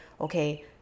okay